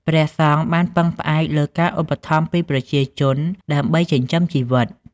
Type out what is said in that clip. ព្រះសង្ឃបានពឹងផ្អែកលើការឧបត្ថម្ភពីប្រជាជន ដើម្បីចិញ្ចឹមជីវិត។